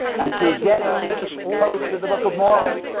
and through getting close to the book of mormon.